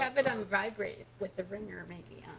have it on vibrate with the ringer maybe